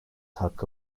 hakkı